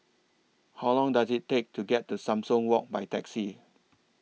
How Long Does IT Take to get to Sumang Walk By Taxi